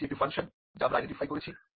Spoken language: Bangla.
এটি একটি ফাংশন যা আমরা আইডেন্টিফাই করেছি